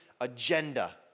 agenda